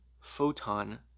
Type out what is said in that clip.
photon